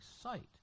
sight